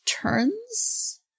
turns